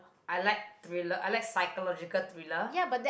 I like thriller I like psychological thriller